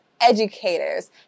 educators